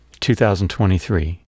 2023